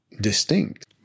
distinct